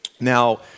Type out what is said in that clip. Now